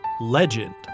legend